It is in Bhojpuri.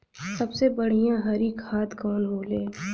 सबसे बढ़िया हरी खाद कवन होले?